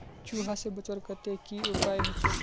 चूहा से बचवार केते की उपाय होचे?